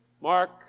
Mark